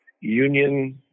Union